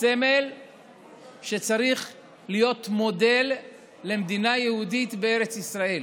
סמל שצריך להיות מודל למדינה יהודית בארץ ישראל.